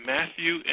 Matthew